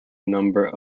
number